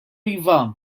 iva